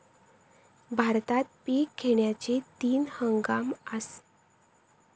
भारतात पिक घेण्याचे तीन हंगाम आसत